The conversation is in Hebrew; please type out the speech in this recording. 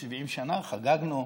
70 שנה חגגנו.